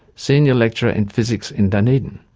senior lecturer in physics in dunedin.